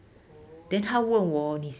oh so